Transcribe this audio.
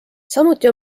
samuti